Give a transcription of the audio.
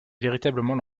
véritablement